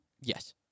Yes